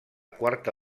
quarta